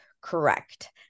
correct